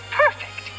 perfect